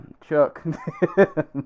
Chuck